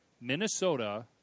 Minnesota